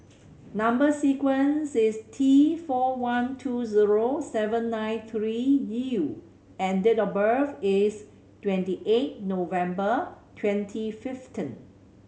number sequence is T four one two zero seven nine three U and date of birth is twenty eight November twenty fifteen